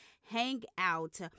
hangout